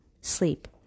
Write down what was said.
sleep